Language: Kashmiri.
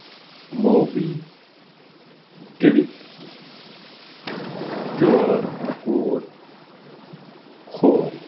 Mobi Kwik Q R code کھول